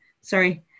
sorry